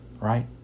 right